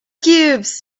cubes